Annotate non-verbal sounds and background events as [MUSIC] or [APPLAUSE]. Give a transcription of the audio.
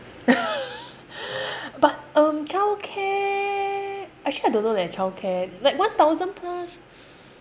[LAUGHS] but um childcare actually I don't know leh childcare like one thousand plus